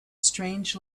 strange